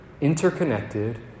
interconnected